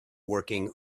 working